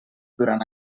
durant